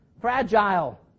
Fragile